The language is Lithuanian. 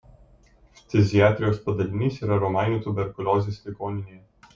ftiziatrijos padalinys yra romainių tuberkuliozės ligoninėje